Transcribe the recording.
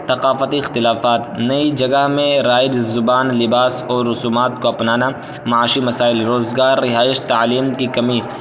ثقافتی اختلافات نئی جگہ میں رائج زبان لباس اور رسومات کو اپنانا معاشی مسائل روزگار رہائش تعلیم کی کمی